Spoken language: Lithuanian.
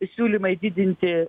siūlymai didinti